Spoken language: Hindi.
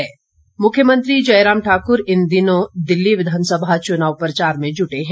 मुख्यमंत्री मुख्यमंत्री जयराम ठाक्र इन दिनों दिल्ली विधानसभा चुनाव प्रचार में जुटे हैं